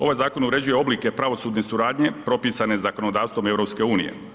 Ovaj zakon uređuje oblike pravosudne suradnje propisane zakonodavstvom EU.